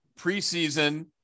preseason